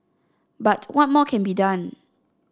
but what more can be done